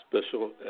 Special